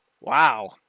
Wow